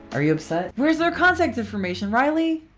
are you upset? where's their contact information riley!